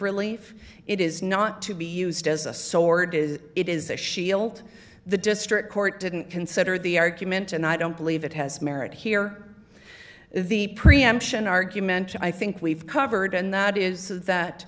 relief it is not to be used as a sword is it is a shield the district court didn't consider the argument and i don't believe it has merit here the preemption argumenta i think we've covered and that is